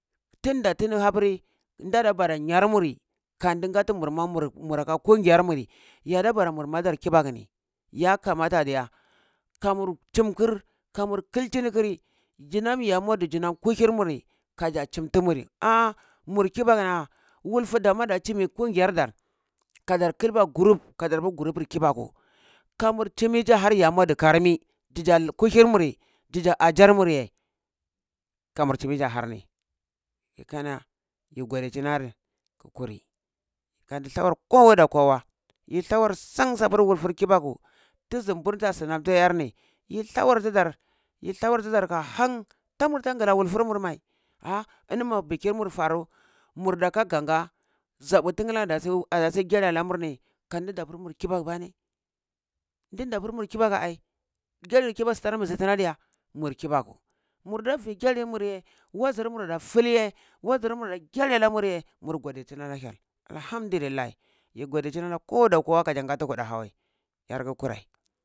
Tanda tini hapuri nda dan bara nyar muri, kandi ngati murma mura ka kungiyar muri yada bara mur mada kibaku ni, yakamatani diya kamur chimkir, kamur kikini kiri, jinam ye madu jinam kuhir muri kaja chimtunuri, ah! Mur kibaku wulfu damua da chimi kungiyardar kadar kilba group kada bui guropur kibaku, kamur timi ja har yamadu karami dija kuhir murki dija ajarmurye kamur timija har ni kakana yi godicinari ƙukuri ka zi tawar kowa da kowa, yi tawar san sapur wulfur kibaku tizin nburnta sinam tiyi iyani yi thawar tiday yi thawar tidar ka han ta murta ngla wulfur murmai ah! Ini ma bikirmur faru murda ka ganga zaɓu tinglin ada su ada si gyali ala nurni, kan di dei pur mur kibaku bane ndinda pur mur kibaku ai gyalir kibaku tara nbuzi tira adiya, mur kibaku, murda vi gyalir mur ye wazar mur da ful ye, wazar mur la gyali la mur ye mur godicini la hyel alhamdulillahi yi godicini la kowa da kowa kaji ngati kuɗahawa ye yarka kurei